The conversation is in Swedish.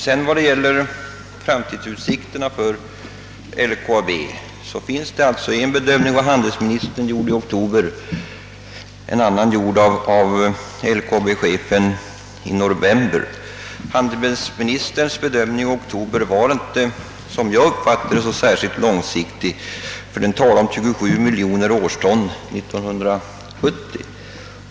Beträffande framtidsutsikterna för LKAB finns det alliså en bedömning av handelsministern, gjord i oktober, och en annan gjord av LKAB-chefen i november. Handelsministerns bedömning i oktober var inte, som jag uppfattade den, särskilt långsiktig, ty den talade om 27 miljoner årston 1970.